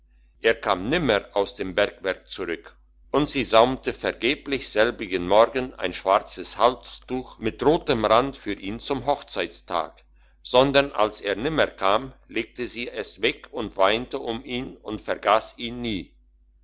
er kam nimmer aus dem bergwerk zurück und sie saumte vergeblich selbigen morgen ein schwarzes halstuch mit rotem rand für ihn zum hochzeitstag sondern als er nimmer kam legte sie es weg und weinte um ihn und vergaß ihn nie